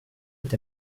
est